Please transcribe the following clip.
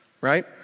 Right